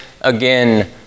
again